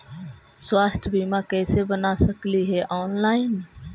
स्वास्थ्य बीमा कैसे बना सकली हे ऑनलाइन?